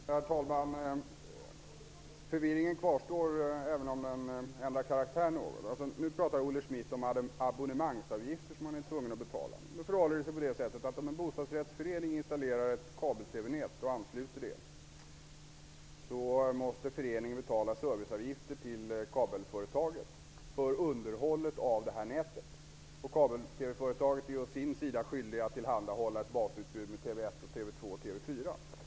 Herr talman! Förvirringen kvarstår även om den något ändrar karaktär. Nu talar Olle Schmidt om abonnemangsavgifter som man är tvungen att betala. Det förhåller sig på det sättet, att om en bostadsrättsförening installerar ett kabel-TV-nät och ansluter detta, måste föreningen betala serviceavgifter till kabel-TV-företaget för underhåll av nätet. På kabel-TV-företaget är man å sin sida skyldig att tillhandahålla ett basutbud med TV 1, TV 2 och TV 4.